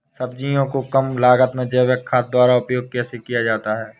सब्जियों को कम लागत में जैविक खाद द्वारा उपयोग कैसे किया जाता है?